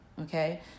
Okay